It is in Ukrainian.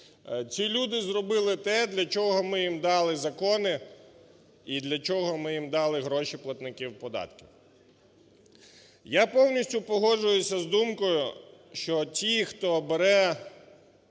Ті люди зробили те для чого ми їм дали закони і для чого ми їм дали гроші платників податків. Я повністю погоджуюся з думкою, що ті, хто бере